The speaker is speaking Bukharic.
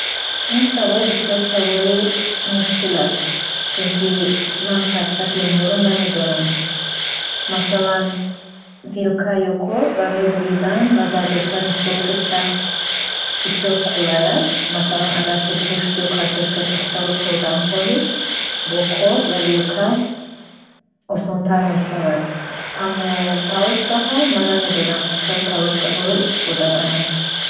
Ин савол бисёр саволи мушкил аст. Чун ки ман фарқияти инҳоро намедонам. Масъалан вилка ё корд барои буридан ва бардоштани хӯроки сахт бисёр қуллай аст. Масъалан агар ту гушт ё картошкаи пухтаро хурдан хоҳӣ бо корд ва вилка осонтар мешавад. Аммо палочкаҳо, ман намедонам чӣ хел палочкаҳоро истифода барам.